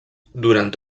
durant